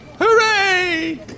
Hooray